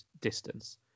distance